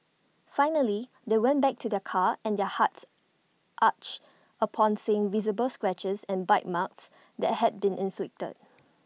finally they went back to their car and their hearts ached upon seeing the visible scratches and bite marks that had been inflicted